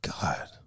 God